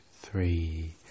three